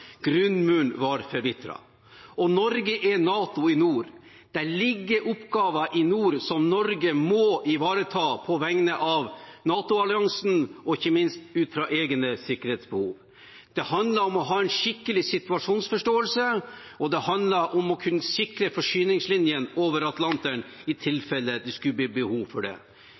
Grunnmuren var forvitret. Og Norge er NATO i nord. Det ligger oppgaver i nord som Norge må ivareta på vegne av NATO-alliansen og ikke minst ut fra egne sikkerhetsbehov. Det handler om å ha en skikkelig situasjonsforståelse, og det handler om å kunne sikre forsyningslinjene over Atlanteren i tilfelle det skulle bli behov for det.